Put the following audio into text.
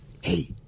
hey